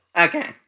Okay